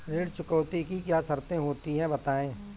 ऋण चुकौती की क्या क्या शर्तें होती हैं बताएँ?